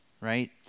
right